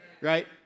right